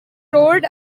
roared